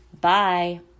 Bye